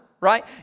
right